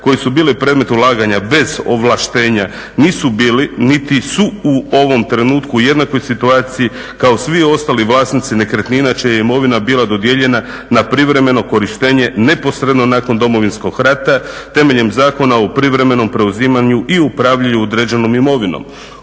koje su bile predmet ulaganja bez ovlaštenja nisu bili niti su u ovom trenutku u jednakoj situaciji kao svi ostali vlasnici nekretnina čija je imovina bila dodijeljena na privremeno korištenje neposredno nakon Domovinskog rata temeljem Zakona o privremenom preuzimanju i upravljanju određenom imovinom.